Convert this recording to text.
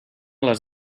les